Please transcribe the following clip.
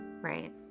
Right